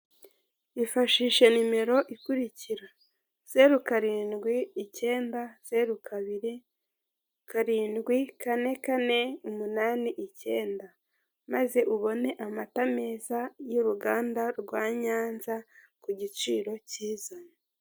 Ifashishe nimero ikurikira: zeru karindwi icyenda zeru kabiri karindwi kane kane umunani icyenda, maze ubone amata meza y'uruganda rwa Nyanza, ku giciro cyiza.